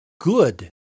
good